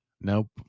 Nope